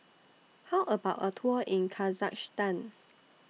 How about A Tour in Kazakhstan